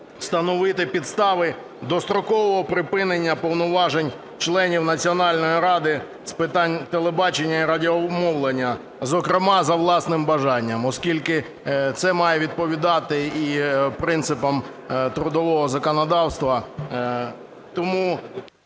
встановити підстави дострокового припинення повноважень членів Національної ради з питань телебачення і радіомовлення, зокрема за власним бажанням, оскільки це має відповідати і принципам трудового законодавства.